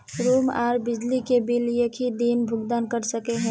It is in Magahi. रूम आर बिजली के बिल एक हि दिन भुगतान कर सके है?